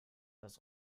dass